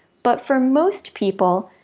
but for most people,